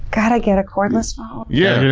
gotta get a cordless phone! yeah.